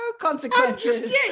consequences